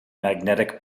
magnetic